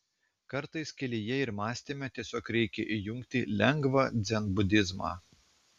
kartais kelyje ir mąstyme tiesiog reikia įjungti lengvą dzenbudizmą